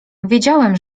wiedziałem